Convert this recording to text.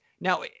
Now